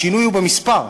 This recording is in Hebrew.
השינוי הוא במספר.